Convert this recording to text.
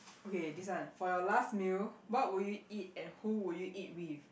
okay this one for your last meal what would you eat and who would you eat with